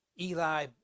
Eli